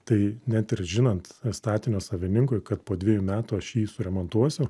tai net ir žinant statinio savininkui kad po dvejų metų aš jį suremontuosiu